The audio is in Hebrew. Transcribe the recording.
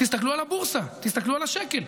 תסתכלו על הבורסה, תסתכלו על השקל.